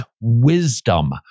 wisdom